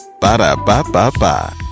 Ba-da-ba-ba-ba